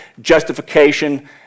justification